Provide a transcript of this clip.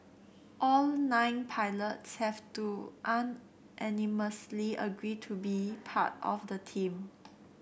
all nine pilots have to unanimously agree to be part of the team